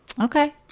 Okay